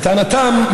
לטענתם,